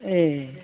ए